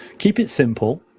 keep it simple,